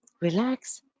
relax